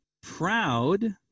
proud